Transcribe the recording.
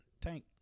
tank